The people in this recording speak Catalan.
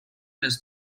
les